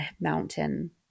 mountain